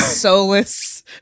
soulless